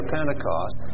Pentecost